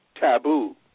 taboo